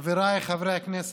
חבריי חברי הכנסת,